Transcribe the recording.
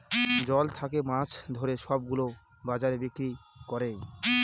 জল থাকে মাছ ধরে সব গুলো বাজারে বিক্রি করে